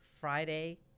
Friday